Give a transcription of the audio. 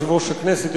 יושב-ראש הכנסת,